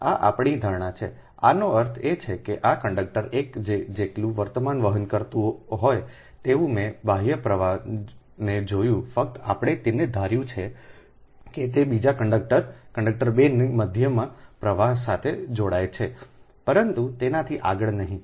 આ આપણી ધારણા છેઆનો અર્થ એ છે કે આ કંડક્ટર 1 જેટલું વર્તમાન વહન કરતું હોય તેવું મેં બાહ્ય પ્રવાહને જોયું ફક્ત આપણે તેને ધાર્યું છે કે તે બીજા કંડક્ટર કંડક્ટર 2 ની મધ્યમાં પ્રવાહ સાથે જોડાય છે પરંતુ તેનાથી આગળ નહીં